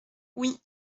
oui